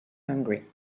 hungry